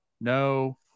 no